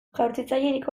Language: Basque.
jaurtitzailerik